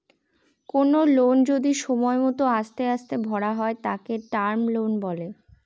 কোনো লোন যদি সময় মত আস্তে আস্তে ভরা হয় তাকে টার্ম লোন বলে